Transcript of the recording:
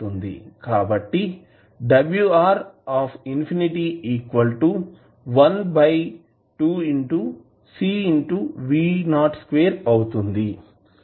కాబట్టి అవుతుంది